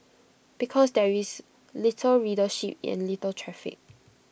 because there is little readership and little traffic